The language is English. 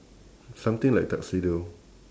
something like tuxedo